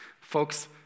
Folks